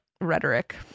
rhetoric